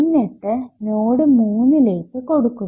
എന്നിട്ട് നോഡ് 3 ലേക്ക് കൊടുക്കുന്നു